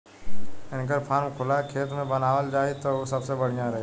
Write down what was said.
इनकर फार्म खुला खेत में बनावल जाई त उ सबसे बढ़िया रही